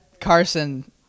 Carson